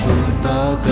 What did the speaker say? Football